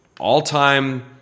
All-time